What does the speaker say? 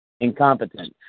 incompetence